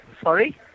Sorry